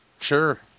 sure